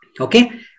okay